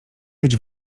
być